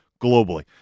globally